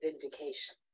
vindication